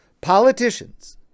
Politicians